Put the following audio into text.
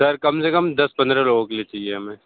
sir कम से कम दस पंद्रह लोगों के लिए चाहिए हमें